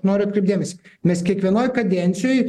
noriu atkreipt dėmesį mes kiekvienoje kadencijoje